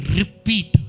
repeat